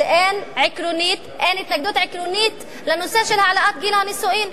שאין התנגדות עקרונית לנושא של העלאת גיל הנישואין.